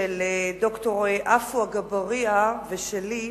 של ד"ר עפו אגבאריה ושלי,